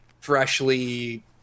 freshly